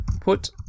put